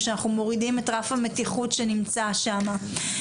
ושאנחנו מורידים את רף הבטיחות שנמצא שם.